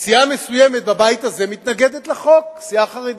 סיעה מסוימת בבית הזה מתנגדת לחוק, סיעה חרדית.